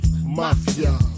Mafia